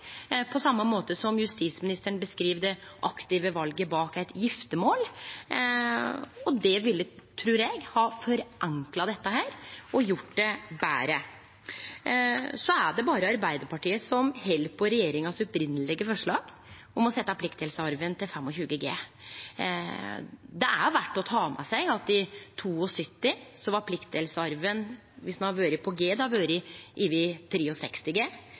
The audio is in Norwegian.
på same måte som justisministeren beskriv det aktive valet bak eit giftarmål. Det trur eg ville ha forenkla dette og gjort det betre. Så er det berre Arbeidarpartiet som held på regjeringas opphavlege forslag om å setje pliktdelsarven til 25 G. Det er verdt å ta med seg at i 1972 hadde pliktdelsarven – dersom han hadde vore på G – vore på over